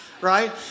right